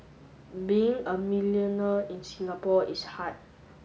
being a millionaire in Singapore is hard